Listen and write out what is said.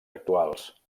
actuals